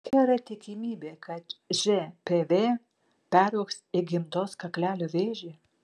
kokia yra tikimybė kad žpv peraugs į gimdos kaklelio vėžį